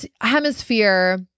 hemisphere